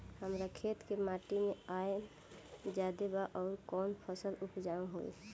हमरा खेत के माटी मे आयरन जादे बा आउर कौन फसल उपजाऊ होइ?